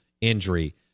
injury